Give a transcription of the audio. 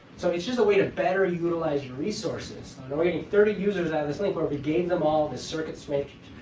so it's just a way to better utilize your resources. and now were getting thirty users out of this link. where if we gave them all of this circuit strength,